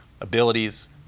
abilities